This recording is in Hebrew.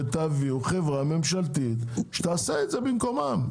ותביאו חברה ממשלתית שתעשה את זה במקומם.